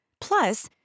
Plus